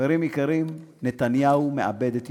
חברים יקרים, נתניהו מאבד את ירושלים.